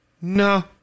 No